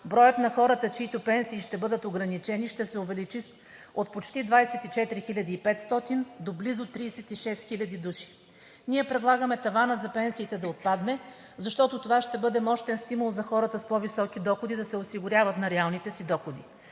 броят на хората, чиито пенсии ще бъдат ограничени, ще се увеличи от почти 24 500 до близо 36 000 души. Ние предлагаме таванът за пенсиите да отпадне, защото това ще бъде мощен стимул за хората с по-високи доходи да се осигуряват на реалните си доходи.